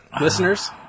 listeners